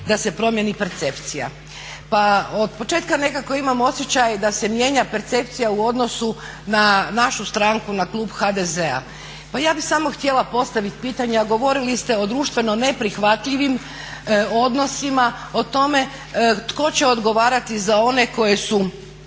da se promjeni percepcija. Pa od početka nekako imam osjećaj da se mijenja percepcija u odnosu na našu stranku na klub HDZ-a. Pa ja bi samo htjela postaviti pitanje, a govorili ste o društveno neprihvatljivim odnosima o tome tko će odgovarati za one koji su